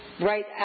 right